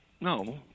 No